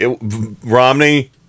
Romney